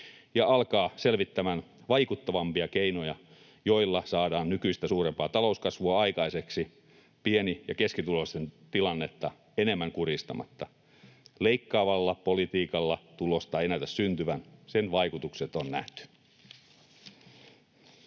ja alkaa selvittämään vaikuttavampia keinoja, joilla saadaan nykyistä suurempaa talouskasvua aikaiseksi pieni- ja keskituloisten tilannetta enempää kurjistamatta. Leikkaavalla politiikalla tulosta ei näytä syntyvän, sen vaikutukset on nähty.